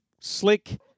Slick